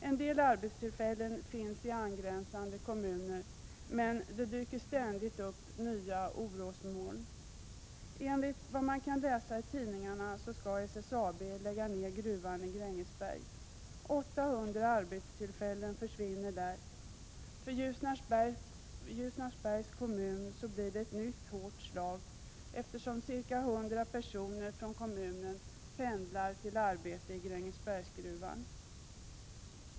En del arbetstillfällen finns i angränsande kommuner, men det dyker ständigt upp nya orosmoln. Enligt vad man kan läsa i tidningarna skall SSAB bl.a. lägga ner gruvan i Grängesberg. 800 arbetstillfällen försvinner där. För Ljusnarsbergs kommun blir det ett nytt hårt slag, eftersom ca 100 personer från kommunen pendlar till arbete i Grängesbergsgruvan.